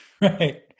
right